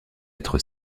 être